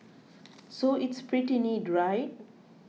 so it's pretty neat right